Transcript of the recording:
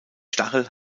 stachel